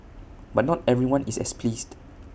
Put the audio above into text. but not everyone is as pleased